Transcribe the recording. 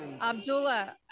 Abdullah